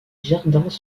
jardins